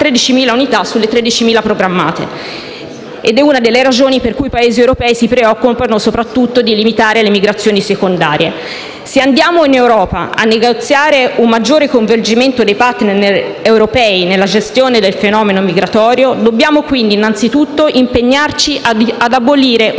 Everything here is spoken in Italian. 13.000 unità sulle 35.000 programmate. È una delle ragioni per cui i Paesi europei si preoccupano soprattutto di limitare le migrazioni secondarie. Se andiamo in Europa a negoziare un maggiore coinvolgimento dei *partner* europei nella gestione del fenomeno migratorio, dobbiamo quindi, innanzitutto, impegnarci ad abolire una